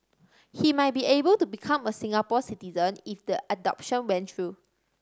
he might be able to become a Singapore citizen if the adoption went through